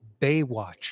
Baywatch